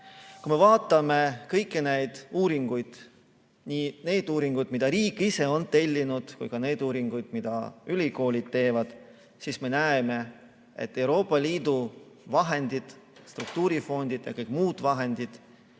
Kui me vaatame kõiki uuringuid – nii neid uuringuid, mida riik ise on tellinud, kui ka neid uuringuid, mida ülikoolid teevad –, siis me näeme, et Euroopa Liidu vahendid, struktuurifondide raha ja kõik muud vahendid